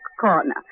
Corner